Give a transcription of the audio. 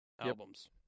albums